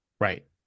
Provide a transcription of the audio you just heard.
Right